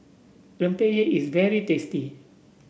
Rempeyek is very tasty